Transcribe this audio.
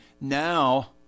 now